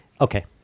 Okay